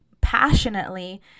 passionately